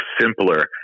simpler